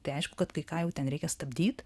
tai aišku kad kai ką jau ten reikia stabdyt